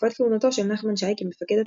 בתקופת כהונתו של נחמן שי כמפקד התחנה,